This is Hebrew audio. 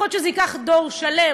יכול להיות שזה ייקח דור שלם,